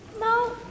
No